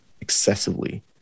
excessively